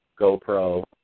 GoPro